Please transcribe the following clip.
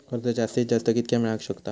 कर्ज जास्तीत जास्त कितक्या मेळाक शकता?